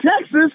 Texas